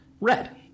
red